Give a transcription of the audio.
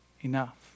enough